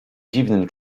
dziwnym